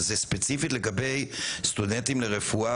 וזה ספציפית לגבי סטודנטים לרפואה